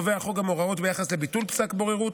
קובע החוק גם הוראות ביחס לביטול פסק בוררות,